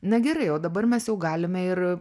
na gerai o dabar mes jau galime ir